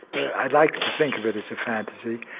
i'd like to think of it is a fantasy,